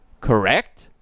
Correct